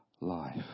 life